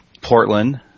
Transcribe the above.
Portland